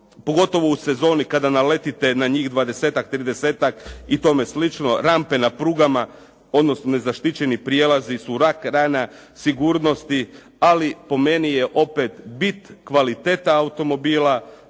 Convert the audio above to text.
pogotovo u sezoni kada naletite na njih dvadesetak, tridesetak i tome slično, rampe na prugama odnosno nezaštićeni prijelazi su rak rana sigurnosti ali po meni je opet bit kvaliteta automobila,